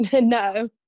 No